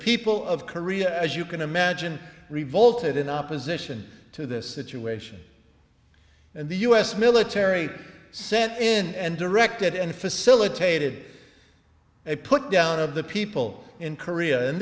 people of korea as you can imagine revolted in opposition to this situation and the us military sent in and directed and facilitated a put down of the people in korea and